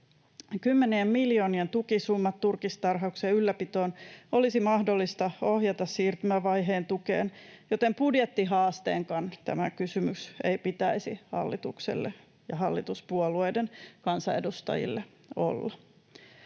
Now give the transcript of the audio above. Kymmenien miljoonien tukisummat turkistarhauksen ylläpitoon olisi mahdollista ohjata siirtymävaiheen tukeen, joten budjettihaastekaan tämän kysymyksen ei pitäisi hallitukselle ja hallituspuolueiden kansanedustajille olla.